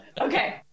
Okay